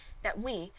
that we,